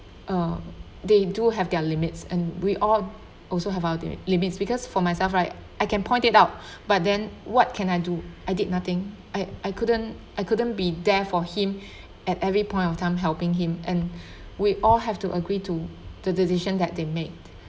uh they do have their limits and we all also have our the limits because for myself right I can point it out but then what can I do I did nothing I I couldn't I couldn't be there for him at every point of time helping him and we all have to agree to the decision that they made